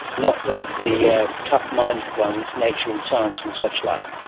not like the yeah tough-minded ones, nature and science and suchlike,